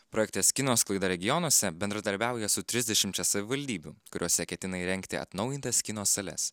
projektas kino sklaida regionuose bendradarbiauja su trisdešimčia savivaldybių kuriose ketina įrengti atnaujintas kino sales